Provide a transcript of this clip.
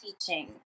teaching